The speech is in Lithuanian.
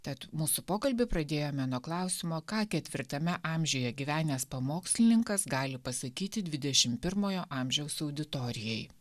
tad mūsų pokalbį pradėjome nuo klausimo ką ketvirtame amžiuje gyvenęs pamokslininkas gali pasakyti dvidešim pirmojo amžiaus auditorijai